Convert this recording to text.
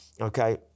okay